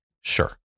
Sure